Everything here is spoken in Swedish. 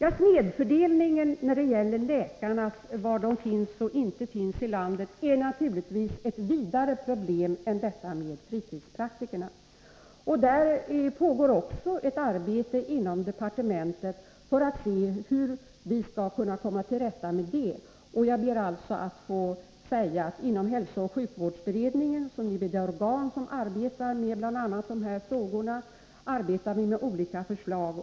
Snedfördelningen av läkartillgången, var läkarna finns och inte finns i landet, är naturligtvis ett vidare problem än detta med fritidspraktikerna. Även i det fallet pågår ett arbete inom departementet för att se hur vi skall kunna komma till rätta med problemet. Inom hälsooch sjukvårdsberedningen, som ju är det organ som sysslar med bl.a. dessa frågor, arbetar man med olika förslag.